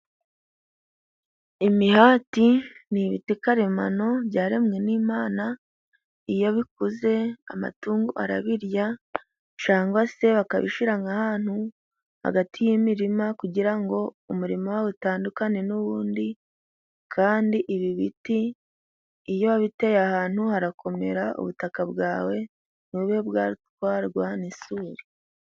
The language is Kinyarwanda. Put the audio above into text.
Imihati ni ibiti karemano byaremwe n'Imana. Iyo bikuze amatungu arabirya, cangwa se bakabishira nk'ahantu hagati y'imirima, kugira ngo umurimo wawe utandukane n'uwundi, kandi ibi biti iyo wabiteye ahantu harakomera, ubutaka bwawe ntibube bwatwarwa n'isuri.